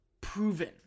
proven